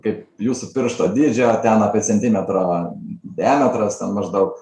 kaip jūsų piršto dydžio ten apie centimetrą diametras ten maždaug